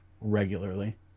regularly